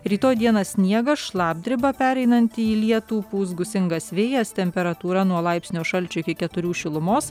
rytoj dieną sniegas šlapdriba pereinanti į lietų pūs gūsingas vėjas temperatūra nuo laipsnio šalčio iki keturių šilumos